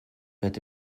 that